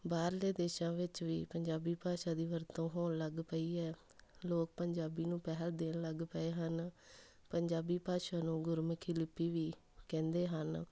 ਬਾਹਰਲੇ ਦੇਸ਼ਾਂ ਵਿੱਚ ਵੀ ਪੰਜਾਬੀ ਭਾਸ਼ਾ ਦੀ ਵਰਤੋਂ ਹੋਣ ਲੱਗ ਪਈ ਹੈ ਲੋਕ ਪੰਜਾਬੀ ਨੂੰ ਪਹਿਲ ਦੇਣ ਲੱਗ ਪਏ ਹਨ ਪੰਜਾਬੀ ਭਾਸ਼ਾ ਨੂੰ ਗੁਰਮੁਖੀ ਲਿਪੀ ਵੀ ਕਹਿੰਦੇ ਹਨ